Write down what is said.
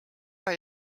ära